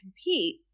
compete